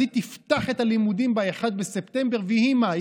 אז היא תפתח את הלימודים ב-1 בספטמבר ויהי מה,